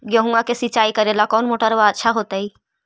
गेहुआ के सिंचाई करेला कौन मोटरबा अच्छा होतई?